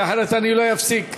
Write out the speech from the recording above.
כי אחרת אני לא אפסיק.